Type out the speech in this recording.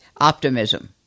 optimism